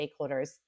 stakeholders